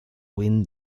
win